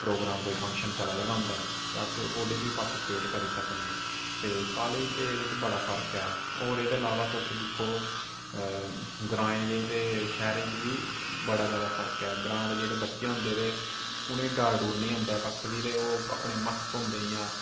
programme function कोई चला दा गै होंदा ते अस ओह् ओह्दे च बी पार्टिसिपेट करी सकने ते कॉलेज़ ते एह्दे बिच बड़ा फर्क ऐ ते होर एह्दे अलावा तुस दिक्खो ग्रांएं दे ते शैह्रें च बी बड़ा फर्क जादा फर्क ऐ ग्रांऽ दे जेह्डे़ बच्चे होंदे ते उ'नें ई डर डुर निं होंदा ऐ कक्ख बी ते ओह् अपने मस्त होंदे जि'यां